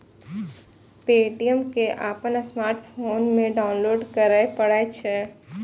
Paytm कें अपन smartphone मे डाउनलोड करय पड़ै छै